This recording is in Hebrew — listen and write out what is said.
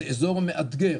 זה אזור מאתגר.